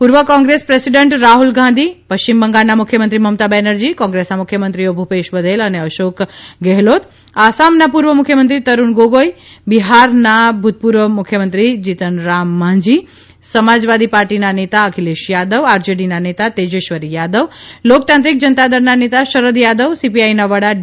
પૂર્વ કોંગ્રેસ પ્રેસિડન્ટ રાહ્લ ગાંધી પશ્ચિમ બંગાળના મુખ્યમંત્રી મમતા બેનરજી કોંગ્રેસના મુખ્યમંત્રીઓ ભૂપેશ બધેલ અશોક ગેહલોત આસામના પૂર્વ મુખ્યમંત્રી તરૂણ ગોગોઇ બિહારના ભૂતપૂર્વ મુખ્યમંત્રી જીતનરામ માઝી સમાજવાદી પાર્ટીના નેતા અખિલેશ યાદવ આરજેડીના નેતા તેજેશ્વરી યાદવ લોકતાંત્રિક જનતાદળના નેતા શરદ યાદવ સીપીઆઇના વડા ડી